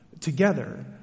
together